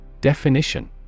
Definition